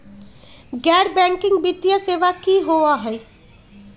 गैर बैकिंग वित्तीय सेवा की होअ हई?